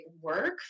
work